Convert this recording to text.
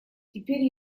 теперь